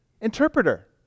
interpreter